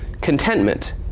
contentment